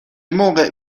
موقع